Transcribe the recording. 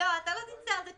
אתה לא תצטער על זה,